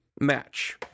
match